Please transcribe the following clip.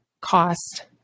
cost